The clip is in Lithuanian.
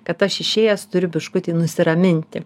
kad aš išėjęs turiu biškutį nusiraminti